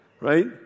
right